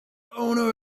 owner